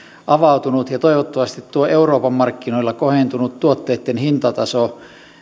avautunut ja toivottavasti tuo euroopan markkinoilla kohentunut tuotteitten hintataso